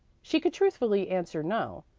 she could truthfully answer no.